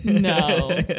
No